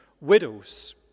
widows